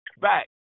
back